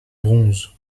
bronze